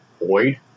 void